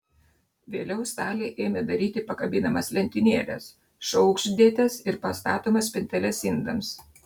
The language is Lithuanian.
vėliau staliai ėmė daryti pakabinamas lentynėles šaukštdėtes ir pastatomas spinteles indams